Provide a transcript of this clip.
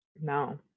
No